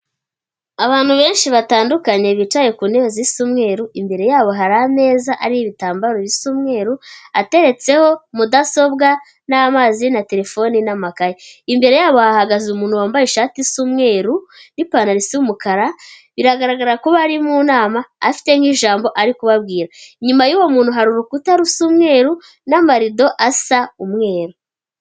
Abantu benshi batandukanye, bicaye ku ntebe z'icyumweru, imbere yabo hari ameza ariho ibitambaro bisa umweru, hateretseho mudasobwa n'amazi na terefone n'amakayi, imbere yabo hahagaze umuntu wambaye ishati isa umweru n'ipantaro y'umukara, biragaragara ko bari mu nama, afite nk'ijambo ari kubabwira, inyuma y'uwo muntu hari urukuta rusa umweru, n'amarido asa umweru.